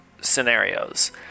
scenarios